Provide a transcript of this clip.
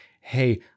Hey